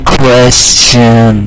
question